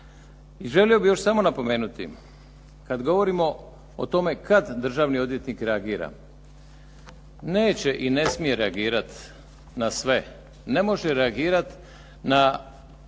I želio bih još samo napomenuti kad govorimo o tome kad državni odvjetnik reagira. Neće i ne smije reagirati na sve. Ne može reagirati na